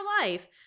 life